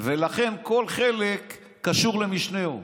ולכן כל חלק קשור למשנהו.